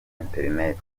internet